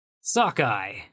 Sockeye